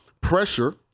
pressure